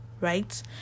right